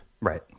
Right